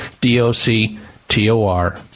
d-o-c-t-o-r